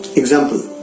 example